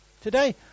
today